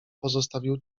pozostawił